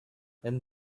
and